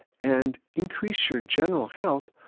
and increase your general health,